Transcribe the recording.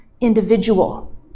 individual